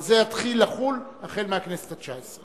אבל זה יחול מהכנסת התשע-עשרה.